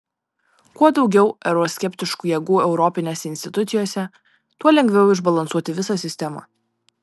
kuo daugiau euroskeptiškų jėgų europinėse institucijose tuo lengviau išbalansuoti visą sistemą